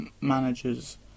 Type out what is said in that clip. managers